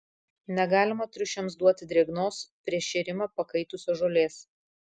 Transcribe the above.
negalima triušiams duoti drėgnos prieš šėrimą pakaitusios žolės